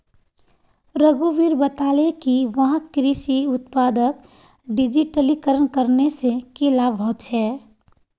रघुवीर बताले कि वहाक कृषि उत्पादक डिजिटलीकरण करने से की लाभ ह छे